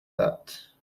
that